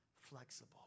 flexible